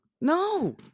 No